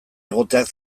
egoteak